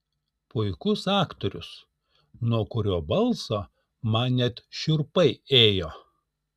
puikus aktorius nuo kurio balso man net šiurpai ėjo